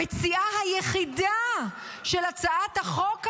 המציעה היחידה של הצעת החוק הזו,